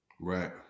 Right